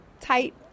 tight